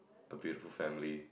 a beautiful family